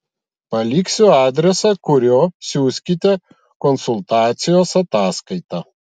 paliksiu adresą kuriuo siųskite konsultacijos ataskaitą